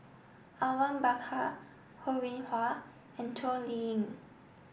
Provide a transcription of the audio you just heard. Awang Bakar Ho Rih Hwa and Toh Liying